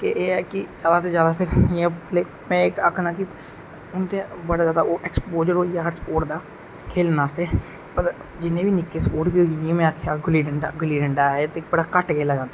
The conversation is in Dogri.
के एह् है कि में आक्खना कि हून ते बड़ा ज्यादा एक्सपोजर होई गेदा ऐ स्पोर्ट दा खेलन आस्तै पर जिन्ने बी निक्के स्पोर्ट होई गे जियां में आखेआ गुल्ली डंडा ऐ ते बड़ा कट खेलेआ जंदा